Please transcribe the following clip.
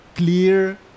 clear